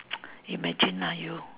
imagine ah you